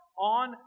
on